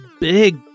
big